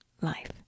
life